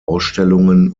ausstellungen